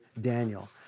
Daniel